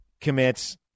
commits